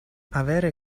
avere